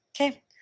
Okay